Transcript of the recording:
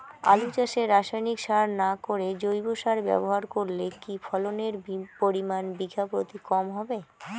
আলু চাষে রাসায়নিক সার না করে জৈব সার ব্যবহার করলে কি ফলনের পরিমান বিঘা প্রতি কম হবে?